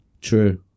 True